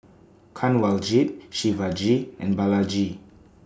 Kanwaljit Shivaji and Balaji